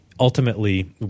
Ultimately